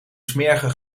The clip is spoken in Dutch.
smerige